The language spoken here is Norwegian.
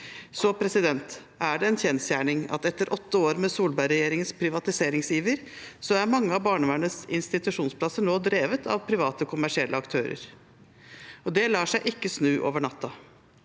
avtaler. Det er en kjensgjerning at etter åtte år med Solbergregjeringens privatiseringsiver er mange av barnevernets institusjonsplasser nå drevet av private, kommersielle aktører. Det lar seg ikke snu over natten,